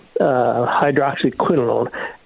hydroxyquinolone